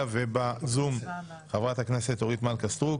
ונמצאת איתנו בזום חברת הכנסת אורית מלכה סטרוק.